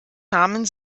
nahmen